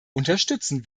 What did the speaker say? unterstützen